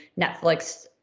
Netflix